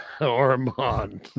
Ormond